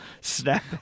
snap